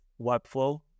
Webflow